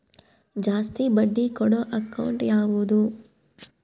ಜಾಸ್ತಿ ಬಡ್ಡಿ ಕೊಡೋ ಅಕೌಂಟ್ ಯಾವುದು?